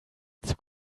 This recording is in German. zug